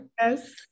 Yes